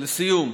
לסיום,